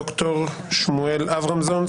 ד"ר שמואל אברמזון,